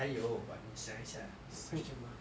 还有 but 你想一下有 question mah